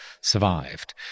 survived